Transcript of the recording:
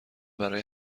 برای